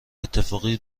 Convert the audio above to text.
اتفاقی